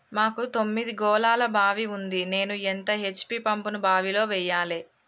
మాకు తొమ్మిది గోళాల బావి ఉంది నేను ఎంత హెచ్.పి పంపును బావిలో వెయ్యాలే?